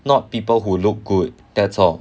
not people who look good that's all